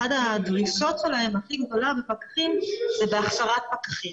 אחת הדרישות הכי גדולה שלהן בפקחים זה בהכשרת פקחים.